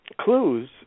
clues